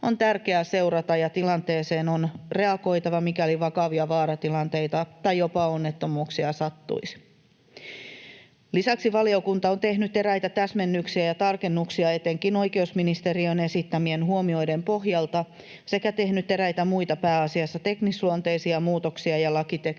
on tärkeää seurata ja tilanteeseen on reagoitava, mikäli vakavia vaaratilanteita tai jopa onnettomuuksia sattuisi. Lisäksi valiokunta on tehnyt eräitä täsmennyksiä ja tarkennuksia etenkin oikeusministeriön esittämien huomioiden pohjalta sekä tehnyt eräitä muita, pääasiassa teknisluonteisia muutoksia ja lakiteknisiä